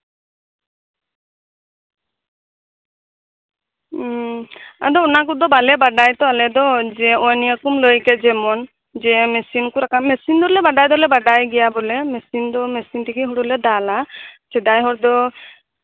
ᱟᱫᱚ ᱚᱱᱟ ᱠᱚᱫᱚ ᱵᱟᱞᱮ ᱵᱟᱰᱟᱭᱟᱛᱚ ᱟᱞᱮ ᱫᱚ ᱡᱮ ᱱᱚᱜᱼᱚᱭ ᱱᱤᱭᱟᱹᱢ ᱞᱟᱹᱭ ᱠᱮᱫᱟ ᱡᱮᱢᱚᱱ ᱢᱮᱥᱤᱱ ᱠᱚ ᱨᱟᱠᱟᱵ ᱠᱟᱱᱟ ᱢᱮᱥᱤᱱ ᱫᱚᱞᱮ ᱵᱟᱰᱟᱭ ᱫᱚᱞᱮ ᱵᱟᱰᱟᱭ ᱜᱮᱭᱟ ᱵᱚᱞᱮ ᱢᱮᱥᱤᱱ ᱛᱮᱜᱮ ᱦᱩᱲᱩ ᱞᱮ ᱫᱟᱞᱟ ᱥᱮᱫᱟᱭ ᱦᱚᱲ ᱫᱚ